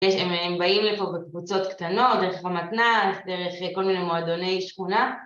הם באים לפה בקבוצות קטנות, דרך המתנס, דרך כל מיני מועדוני שכונה.